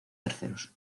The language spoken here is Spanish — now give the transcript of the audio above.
terceros